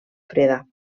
freda